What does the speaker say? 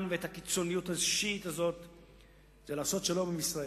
ואת הקיצוניות השיעית הזאת היא לעשות שלום עם ישראל,